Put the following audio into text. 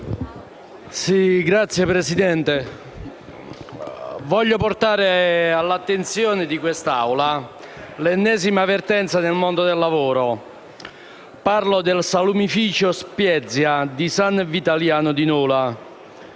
Signor Presidente, voglio portare all'attenzione di quest'Assemblea l'ennesima vertenza del mondo del lavoro. Parlo del salumificio Spiezia di San Vitaliano di Nola